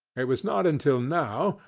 it was not until now,